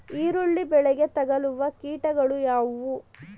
ಈರುಳ್ಳಿ ಬೆಳೆಗೆ ತಗಲುವ ಕೀಟಗಳು ಯಾವುವು?